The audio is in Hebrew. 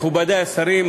מכובדי השרים,